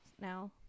now